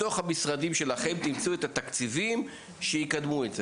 בתוך המשרדים שלכם תמצאו את התקציבים שיקדמו את זה.